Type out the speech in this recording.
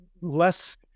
less